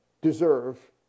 deserve